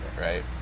right